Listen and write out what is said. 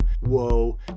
whoa